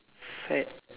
fad